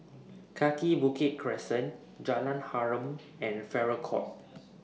Kaki Bukit Crescent Jalan Harum and Farrer Court